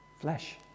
flesh